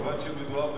כיוון שמדובר,